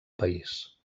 país